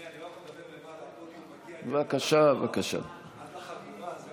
אדוני היושב-ראש, כנסת נכבדה, לפני